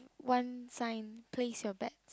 one sign place your bet